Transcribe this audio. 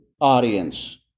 audience